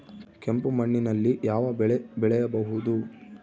ಕೆಂಪು ಮಣ್ಣಿನಲ್ಲಿ ಯಾವ ಬೆಳೆ ಬೆಳೆಯಬಹುದು?